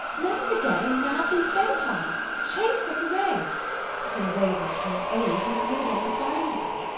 met us again and, madly bent on us, chas'd us away till, raising of more aid, we came again to bind them.